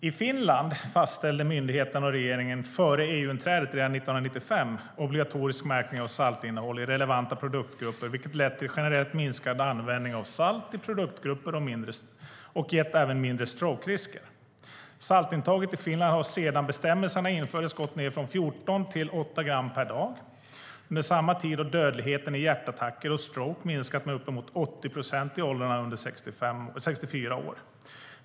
I Finland fastställde myndigheterna och regeringen redan före EU-inträdet 1995 obligatorisk märkning av saltinnehåll i relevanta produktgrupper, vilket lett till generellt minskad användning av salt i produktgrupper och även till mindre risk för stroke. Saltintaget i Finland har sedan bestämmelserna infördes gått ned från 14 till 8 gram per dag. Under samma tid har dödligheten i hjärtattacker och stroke minskat med uppemot 80 procent i åldrarna under 64 år.